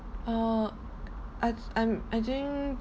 err I I'm I think